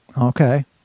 Okay